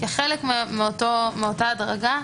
כחלק מאותה הדרגה,